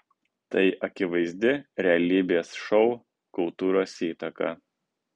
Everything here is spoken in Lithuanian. tai akivaizdi realybės šou kultūros įtaka